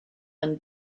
and